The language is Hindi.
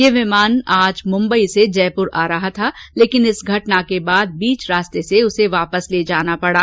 ये विमान आज मुंबई से जयपुर आ रहा थालेकिन इस घटना के बाद बीच रास्ते से उसे वापस ले जाया गया